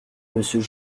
monsieur